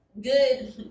good